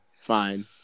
fine